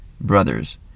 Brothers